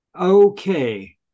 Okay